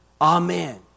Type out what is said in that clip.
Amen